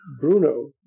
Bruno